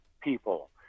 people